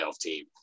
team